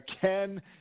Ken